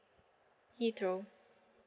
heathrow